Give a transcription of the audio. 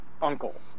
uncle